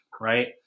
right